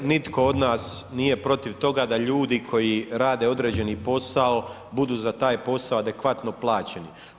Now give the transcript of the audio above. Pa dakle nitko od nas nije protiv toga da ljudi koji rade određeni posao budu za taj posao adekvatno plaćeni.